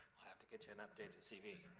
i'll have to get you an updated cv.